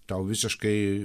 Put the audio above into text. tau visiškai